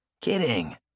Kidding